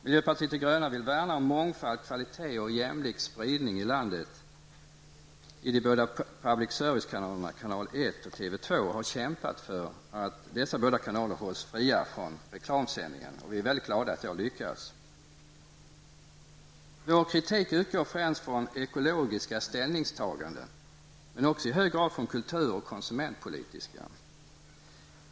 Miljöpartiet de gröna vill värna om mångfald, kvalitet och jämlik spridning över landet i de båda public service-kanalerna, Kanal 1 och TV2, och har kämpat för att dessa båda kanaler hålls fria från reklamsändningar. Vi är väldigt glada att det har lyckats. Vår kritik utgår främst från ekologiska ställningstaganden men också i hög grad från kultur och konsumentpolitiska.